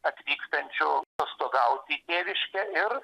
atvykstančių atostogauti į tėviškę ir